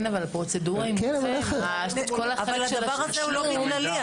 אבל הדבר הזה הוא לא בגללי,